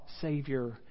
Savior